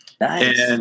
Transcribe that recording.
Nice